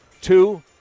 Two